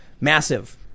massive